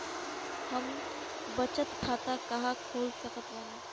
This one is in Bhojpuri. हम बचत खाता कहां खोल सकत बानी?